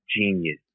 genius